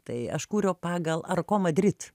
tai aš kūriau pagal arkomą drit